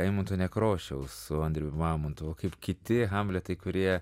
eimunto nekrošiaus su andrium mamontovu kaip kiti hamletai kurie